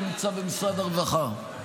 הוא נמצא במשרד הרווחה.